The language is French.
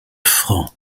francs